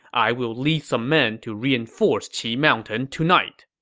i will lead some men to reinforce qi mountain tonight.